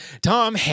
Tom